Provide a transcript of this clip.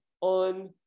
on